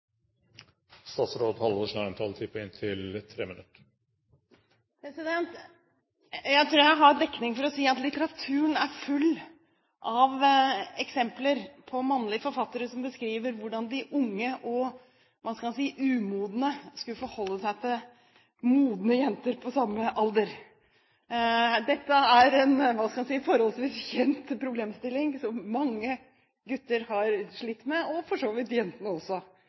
full av eksempler på mannlige forfattere som beskriver hvordan de unge og umodne skal forholde seg til modne jenter på samme alder. Dette er en forholdsvis kjent problemstilling som mange gutter har slitt med – og for så vidt jenter også.